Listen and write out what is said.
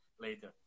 later